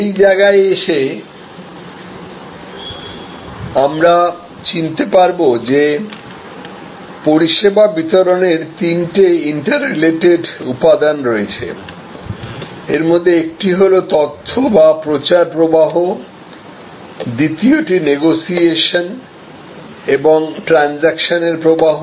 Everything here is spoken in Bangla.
এই জায়গায় এসে আমরা চিনতে পারবো যে পরিষেবা বিতরণের তিনটি ইন্টার রিলেটেড উপাদান রয়েছে এর মধ্যে একটি হল তথ্য বা প্রচার প্রবাহ দ্বিতীয়টি নেগোসিয়েশন এবং ট্রানজেকশনের প্রবাহ